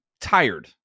tired